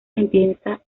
empieza